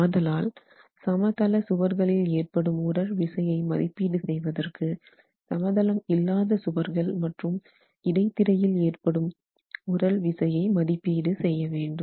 ஆதலால் சமதள சுவர்களில் ஏற்படும் உறழ் விசையை மதிப்பீடு செய்வதற்கு சமதளம் இல்லாத சுவர்கள் மற்றும் இடைத்திரையில் ஏற்படும் உறழ் விசையை மதிப்பீடு செய்ய வேண்டும்